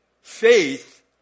faith